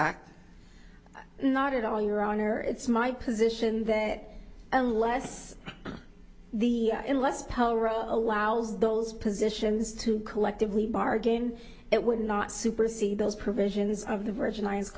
act not at all your honor it's my position that unless the inlets paul wrote allows those positions to collectively bargain it would not supersede those provisions of the virgin islands